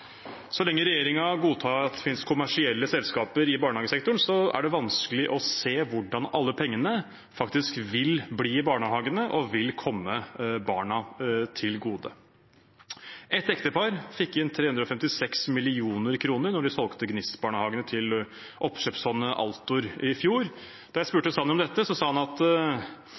Så lenge regjeringen godtar at det finnes kommersielle selskaper i barnehagesektoren, er det vanskelig å se hvordan alle pengene faktisk vil bli i barnehagene og komme barna til gode. Et ektepar fikk inn 356 mill. kr da de solgte Gnist-barnehagene til oppkjøpsfondet Altor i fjor. Da jeg spurte statsråd Sanner om dette, sa han at